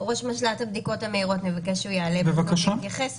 אני אבקש מראש משל"ט הבדיקות המהירות שיעלה ויתייחס.